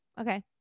Okay